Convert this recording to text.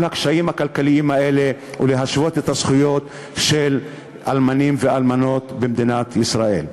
הקשיים הכלכליים האלה ולהשוות את הזכויות של אלמנים ואלמנות במדינת ישראל.